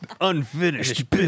Unfinished